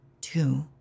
two